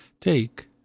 Take